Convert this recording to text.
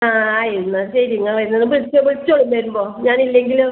ആ ആയി എന്നാല് ശരി നിങ്ങള് വരുന്നതിനുമുന്പ് വിളിച്ചോളിൻ വരുമ്പോള് ഞാൻ ഇല്ലെങ്കിലോ